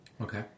Okay